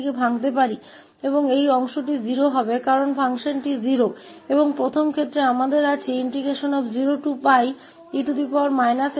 और यह भाग 0 होगा क्योंकि फलन 0 है और पहले मामले में हमारे पास 0𝜋e stsin t dt है